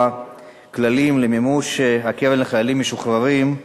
כללים למימוש הקרן לחיילים משוחררים,